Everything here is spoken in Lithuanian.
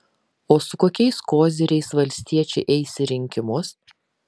o su kokiais koziriais valstiečiai eis į rinkimus